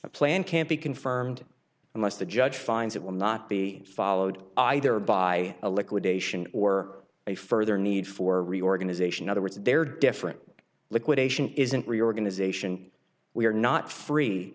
a plan can't be confirmed unless the judge finds it will not be followed either by a liquidation or a further need for reorganization other words there different liquidation isn't reorganization we are not free